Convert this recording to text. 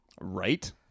Right